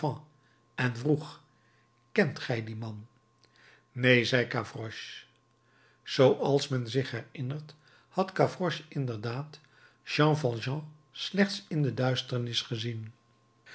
en vroeg kent ge dien man neen zei gavroche zooals men zich herinnert had gavroche inderdaad jean valjean slechts in de duisternis gezien